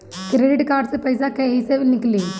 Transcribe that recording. Credit card से पईसा केइसे निकली?